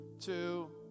two